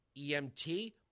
EMT